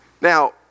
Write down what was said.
now